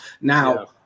Now